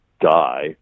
die